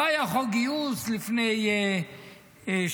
לא היה חוק גיוס לפני שנה.